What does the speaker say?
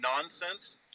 nonsense